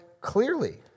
clearly